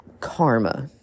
karma